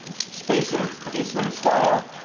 spacers. spacers? style.